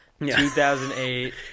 2008